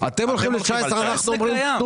אתם הולכים ל-2019 ואנחנו אומרים קחו